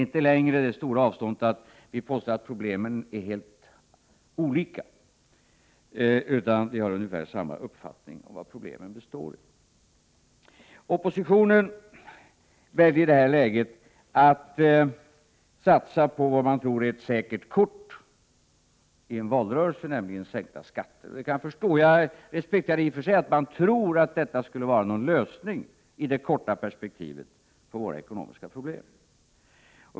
Det stora avståndet är inte längre att vi påstår att problemen är olika, utan vi har ungefär samma uppfattning om vari problemen består. Oppositionen väljer i det här läget att satsa på vad man tror är ett säkert kort i en valrörelse, nämligen sänkta skatter, och det kan jag förstå. Jag respekterar i och för sig att man tror att detta skulle vara en lösning i det korta perspektivet på våra ekonomiska problem.